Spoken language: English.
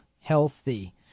healthy